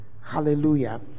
Hallelujah